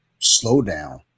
slowdown